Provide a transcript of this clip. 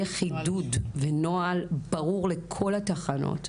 חידוד ונוהל ברור לכל התחנות,